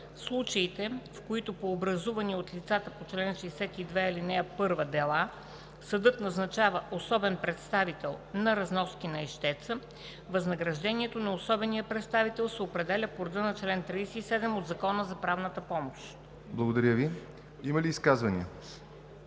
случаите, в които по образувани от лицата по чл. 62, ал. 1 дела съдът назначава особен представител на разноски на ищеца, възнаграждението на особения представител се определя по реда на чл. 37 от Закона за правната помощ.“ ПРЕДСЕДАТЕЛ ЯВОР НОТЕВ: Има ли изказвания?